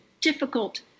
difficult